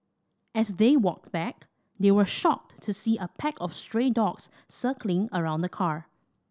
as they walked back they were shocked to see a pack of stray dogs circling around the car